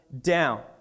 down